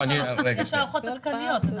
יש הערכות עדכניות.